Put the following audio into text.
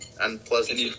unpleasant